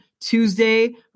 Tuesday